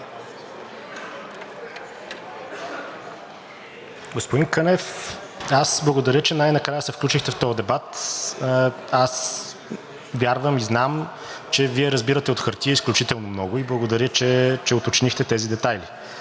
Господин Кънев, аз благодаря, че най-накрая се включихте в този дебат. Аз вярвам и знам, че Вие разбирате от хартия изключително много и благодаря, че уточнихте тези детайли.